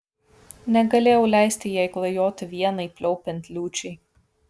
negalėjau leisti jai klajoti vienai pliaupiant liūčiai